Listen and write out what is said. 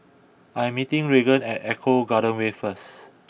I am meeting Regan at Eco Garden Way first